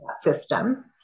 system